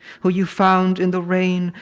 who you found in the rain,